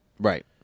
Right